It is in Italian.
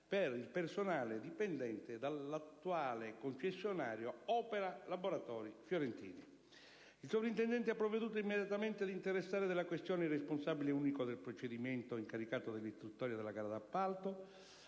per il personale dipendente dell'attuale concessionario Opera laboratori fiorentini. Il soprintendente ha provveduto immediatamente ad interessare della questione il responsabile unico del procedimento incaricato dell'istruttoria della gara d'appalto,